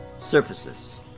surfaces